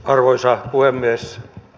arvoisa puhemies